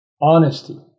honesty